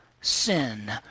sin